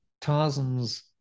Tarzan's